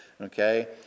okay